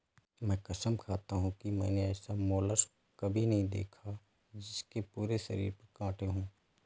मैं कसम खाता हूँ कि मैंने ऐसा मोलस्क कभी नहीं देखा जिसके पूरे शरीर पर काँटे हों